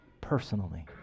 personally